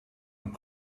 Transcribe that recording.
und